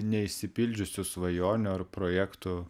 neišsipildžiusių svajonių ar projektų